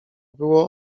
było